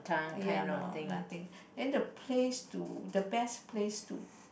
ya no nothing then the place to the best place to